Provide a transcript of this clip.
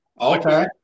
Okay